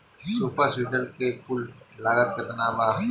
Super seeder के कुल लागत केतना बा?